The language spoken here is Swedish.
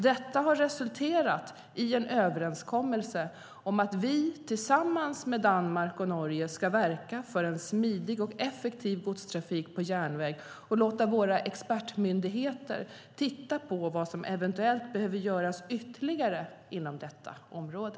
Detta har resulterat i en överenskommelse om att vi tillsammans med Danmark och Norge ska verka för en smidig och effektiv godstrafik på järnväg och låta våra expertmyndigheter titta på vad som eventuellt behöver göras ytterligare inom detta område.